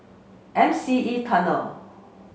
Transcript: M C E Tunnel